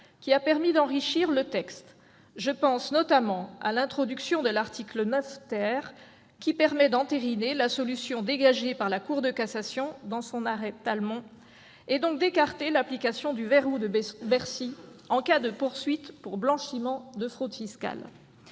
qui a permis d'enrichir le texte. Je pense notamment à l'introduction de l'article 9, qui permet d'entériner la solution dégagée par la Cour de cassation dans son arrêt et, donc, d'écarter l'application du « verrou de Bercy » en cas de poursuites pour blanchiment de fraude fiscale.